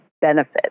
benefit